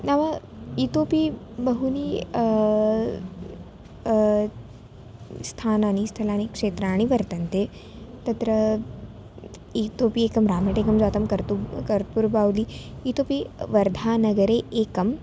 नाम इतोऽपि बहूनि स्थानानि स्थलानि क्षेत्राणि वर्तन्ते तत्र इतोऽपि एकं रामटेकं जातं कर्तुब् कर्पूरबावली इतोऽपि वर्धानगरे एकम्